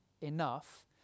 enough